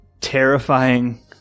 terrifying